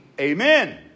Amen